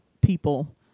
people